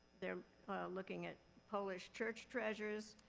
they're looking at polish church treasures.